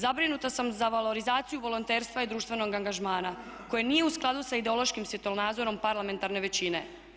Zabrinuta sam za valorizaciju volonterstva i društvenog angažmana koji nije u skladu sa ideološkim svjetonazorom parlamentarne većine.